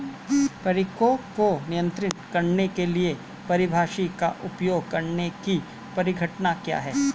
पीड़कों को नियंत्रित करने के लिए परभक्षी का उपयोग करने की परिघटना क्या है?